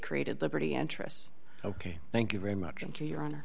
created liberty interests ok thank you very much and to your honor